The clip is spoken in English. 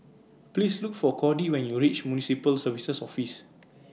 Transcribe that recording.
Please Look For Cordie when YOU REACH Municipal Services Office